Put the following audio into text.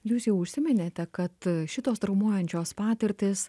jūs jau užsiminėte kad šitos traumuojančios patirtys